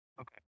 Okay